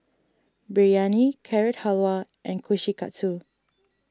Biryani Carrot Halwa and Kushikatsu